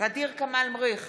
ע'דיר כמאל מריח,